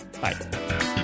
Bye